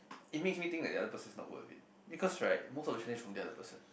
it makes me think that the other person is not worth it because right most of the challenge is from the other person